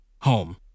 home